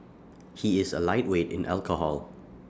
he is A lightweight in alcohol